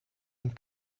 und